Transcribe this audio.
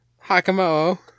Hakamo